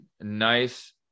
nice